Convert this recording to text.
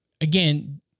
Again